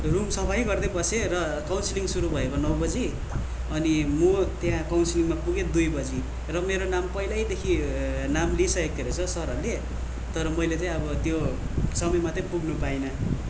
room सफै गर्दै बसेँ र काउन्सिलिङ सुरु भएको नौ बजी अनि म त्यहाँ काउन्सिलिङमा पुगेँ दुई बजी र मेरो नाम पहिलैदेखि नाम लिइसकेको थियो रहेछ सरहरूले तर मैले चाहिँ अब त्यो समयमा चाहिँ पुग्नु पाएन